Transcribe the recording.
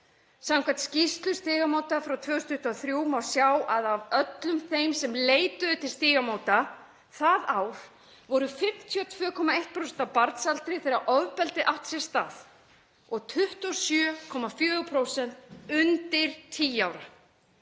Samkvæmt skýrslu Stígamóta frá 2023 má sjá að af öllum þeim sem leituðu til Stígamóta það ár voru 52,1% á barnsaldri þegar ofbeldi átt sér stað og 27,4% undir tíu ára.